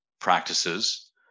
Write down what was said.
practices